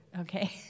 Okay